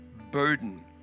burden